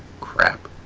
crap